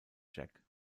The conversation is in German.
jack